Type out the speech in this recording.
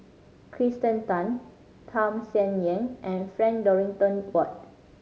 Kirsten Tan Tham Sien Yen and Frank Dorrington Ward